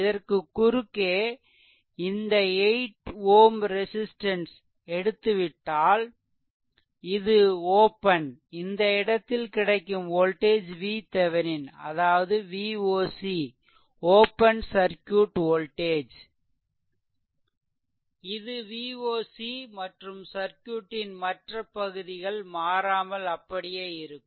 இதற்கு குறுக்கே இந்த 8 Ω ரெசிஸ்டன்ஸ் எடுத்துவிட்டால் இது ஓப்பன் இந்த இடத்தில் கிடைக்கும் வோல்டேஜ் VThevenin அதாவது Voc ஓப்பன் சர்க்யூட் வோல்டேஜ் இது Voc மற்றும் சர்க்யூட்டின் மற்ற பகுதிகள் மாறாமல் அப்படியே இருக்கும்